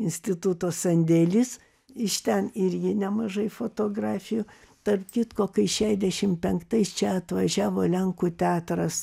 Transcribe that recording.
instituto sandėlis iš ten ir ji nemažai fotografijų tarp kitko kai šiašdešim penktais čia atvažiavo lenkų teatras